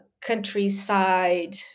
countryside